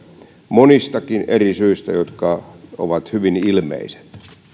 monistakin eri syistä jotka ovat hyvin ilmeiset